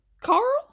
Carl